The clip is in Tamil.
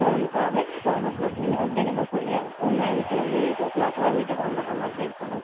எங்களுக்கு காலையில் செவன் ஓ க்ளாக் நீங்கள் வந்தீங்கன்னால் சரியாக இருக்கும் நைட்டு வந்து எயிட் ஓ க்ளாக்லாம் வீட்டுக்கு வந்துடுற மாதிரி இருக்கணும்